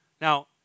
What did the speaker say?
Now